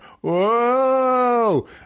Whoa